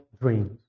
dreams